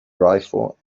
rifle